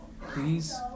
Please